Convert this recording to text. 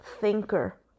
thinker